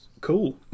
cool